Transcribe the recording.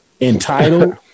entitled